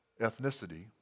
ethnicity